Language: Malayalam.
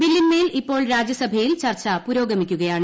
ബില്ലിൻമേൽ ഇപ്പോൾ രാജ്യസഭയിൽ ചർച്ച പുരോഗമിക്കുകയാണ്